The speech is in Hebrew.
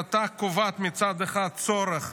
ההחלטה קובעת צורך